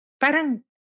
parang